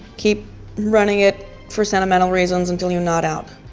keep running it for sentimental reasons until you're not out